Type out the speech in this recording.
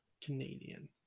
Canadian